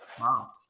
wow